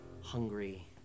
hungry